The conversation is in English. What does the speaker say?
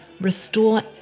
restore